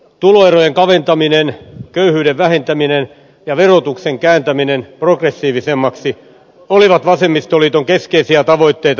tuloerojen kaventaminen köyhyyden vähentäminen ja verotuksen kääntäminen progressiivisemmaksi olivat vasemmistoliiton keskeisiä tavoitteita hallitusneuvotteluissa